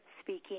speaking